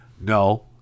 No